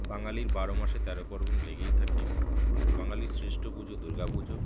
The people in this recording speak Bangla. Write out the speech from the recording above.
বাঙালির বারো মাসে তেরো পর্বণ লেগেই থাকে তো বাঙালির শ্রেষ্ঠ পুজো দুর্গা পুজো